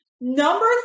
Number